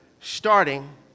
starting